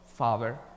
Father